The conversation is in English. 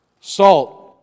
Salt